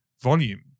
volume